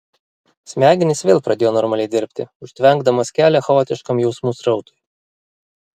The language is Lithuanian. smegenys vėl pradėjo normaliai dirbti užtvenkdamos kelią chaotiškam jausmų srautui